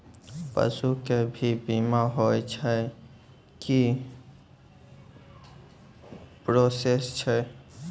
पसु के भी बीमा होय छै, की प्रोसेस छै?